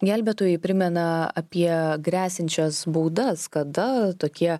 gelbėtojai primena apie gresiančias baudas kada tokie